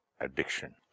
addiction